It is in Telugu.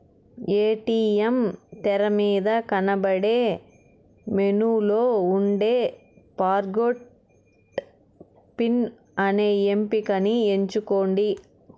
ఏ.టీ.యం తెరమీద కనబడే మెనూలో ఉండే ఫర్గొట్ పిన్ అనే ఎంపికని ఎంచుకోండి